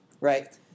right